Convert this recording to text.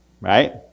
right